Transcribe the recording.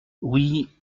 oui